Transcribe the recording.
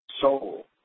Soul